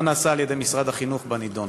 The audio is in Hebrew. שאלתי: מה נעשה על-ידי משרד החינוך בנדון?